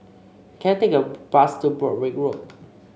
can I take a bus to Broadrick Road